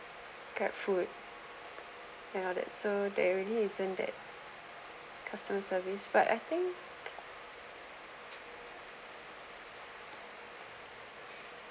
grab food ya then so there really isn't that customer service but I think